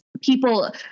people